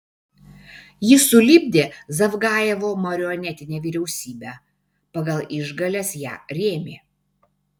ji sulipdė zavgajevo marionetinę vyriausybę pagal išgales ją rėmė